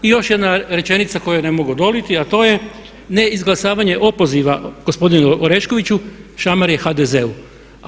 I još jedna rečenica kojoj ne mogu odoljeti a to je ne izglasavanje opoziva gospodinu Oreškoviću šamar je HDZ-u.